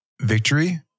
victory